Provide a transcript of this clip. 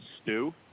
stew